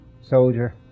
soldier